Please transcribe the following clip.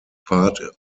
part